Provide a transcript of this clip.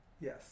Yes